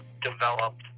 developed